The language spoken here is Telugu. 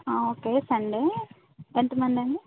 ఓకే సండే ఎంతమంది అండి